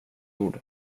ord